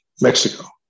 Mexico